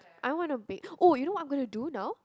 I wanna bake oh you know what I'm gonna do now